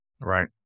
right